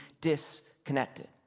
disconnected